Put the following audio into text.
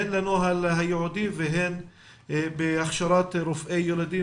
הן לנוהל הייעודי והן בהכשרת רופאי ילדים